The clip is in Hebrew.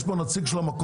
יש פה נציג של המכולות.